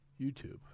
YouTube